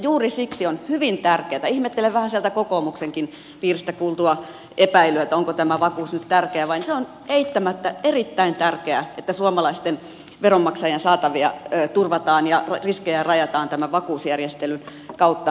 juuri siksi on hyvin tärkeää ihmettelen vähän sieltä kokoomuksenkin piiristä kuultua epäilyä siitä onko tämä vakuus nyt tärkeä se on eittämättä erittäin tärkeää että suomalaisten veronmaksajien saatavia turvataan ja riskejä rajataan tämän vakuusjärjestelyn kautta